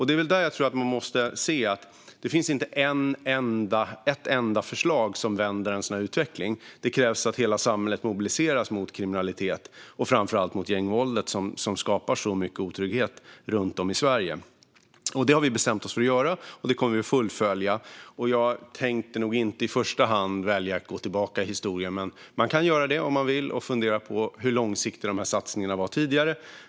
Det är där jag tror att man måste se att det inte finns ett ensamt förslag som vänder en sådan här utveckling. Det krävs att man mobiliserar hela samhället mot kriminaliteten och framför allt mot gängvåldet, som skapar så mycket otrygghet runt om i Sverige. Det har vi bestämt oss för att göra, och det kommer vi att fullfölja. Jag tänkte inte i första hand välja att gå tillbaka i historien. Man kan göra det om man vill och fundera på hur långsiktiga de här satsningarna var tidigare.